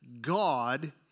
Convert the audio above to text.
God